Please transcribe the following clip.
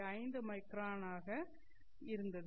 5 micron ஆக இருந்தது